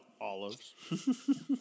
olives